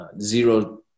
zero